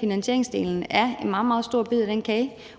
finansieringsdelen er en meget, meget stor bid af den kage,